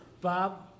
Bob